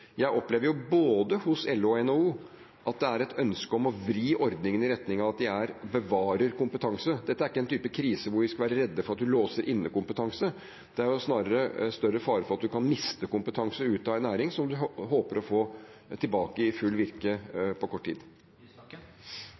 Jeg opplever at det hos både LO og NHO er et ønske om å vri ordningene i retning av å bevare kompetanse. Dette er ikke en type krise hvor vi skal være redde for å låse inne kompetanse. Det er snarere en større fare for at man kan miste kompetanse ut av en næring som man håper å kunne få tilbake i full virksomhet på kort tid.